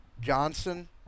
Johnson